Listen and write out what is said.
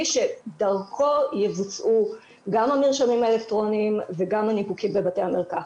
שדרכו יבוצעו גם המרשמים האלקטרוניים וגם הניפוקים בבתי המרקחת.